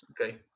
Okay